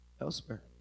elsewhere